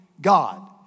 God